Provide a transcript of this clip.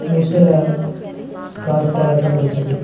మూసేలాగ scarf వాడటం మంచిది